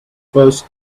first